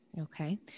Okay